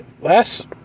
last